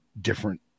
different